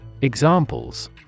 examples